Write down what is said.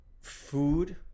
food